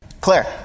Claire